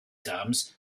dams